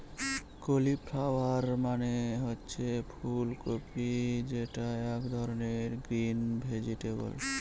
cauliflower মানে হচ্ছে ফুল কপি যেটা এক ধরনের গ্রিন ভেজিটেবল